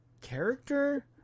character